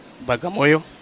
Bagamoyo